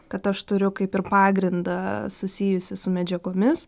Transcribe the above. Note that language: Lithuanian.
kad aš turiu kaip ir pagrindą susijusį su medžiagomis